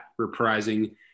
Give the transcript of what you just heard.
reprising